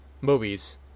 movies